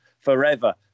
forever